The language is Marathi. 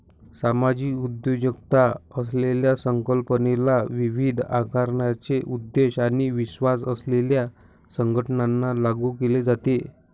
सामाजिक उद्योजकता असलेल्या संकल्पनेला विविध आकाराचे उद्देश आणि विश्वास असलेल्या संघटनांना लागू केले जाते